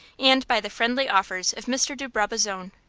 and by the friendly offers of mr. de brabazon.